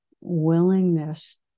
willingness